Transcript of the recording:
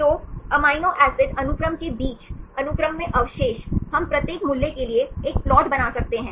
तो amino acid अनुक्रम के बीच अनुक्रम में अवशेष हम प्रत्येक मूल्य के लिए एक प्लाट बना सकते हैं